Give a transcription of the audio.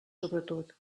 sobretot